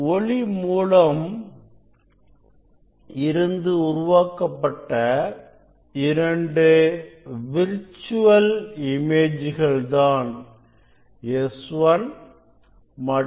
ஒளி மூலம் இருந்து உருவாக்கப்பட்ட இரண்டு விர்ச்சுவல் இமேஜ்கள் தான் S1 மற்றும்